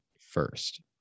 first